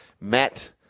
Matt